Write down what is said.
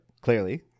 clearly